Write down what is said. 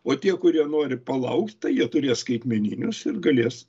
o tie kurie nori palaukt tai jie turės skaitmeninius ir galės